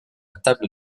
table